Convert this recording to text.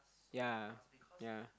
yea yea